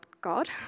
God